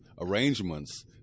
arrangements